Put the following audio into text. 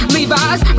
Levi's